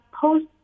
post